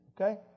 Okay